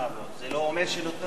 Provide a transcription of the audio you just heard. זה לא אומר שנותנים לך לגיטימיות.